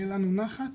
שיהיה לנו נחת,